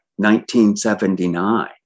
1979